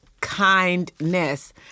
kindness